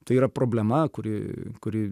tai yra problema kuri kuri